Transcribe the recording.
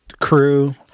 Crew